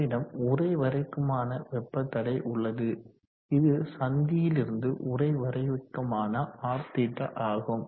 நம்மிடம் உறை வரைக்குமான வெப்ப தடை உள்ளது இது சந்தியிலிருந்து உறை வரைக்குமான Rθ ஆகும்